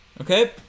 Okay